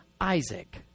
Isaac